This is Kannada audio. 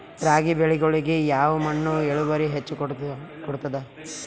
ರಾಗಿ ಬೆಳಿಗೊಳಿಗಿ ಯಾವ ಮಣ್ಣು ಇಳುವರಿ ಹೆಚ್ ಕೊಡ್ತದ?